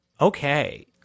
Okay